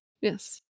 yes